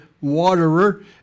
waterer